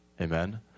Amen